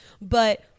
But-